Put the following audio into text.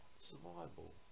survival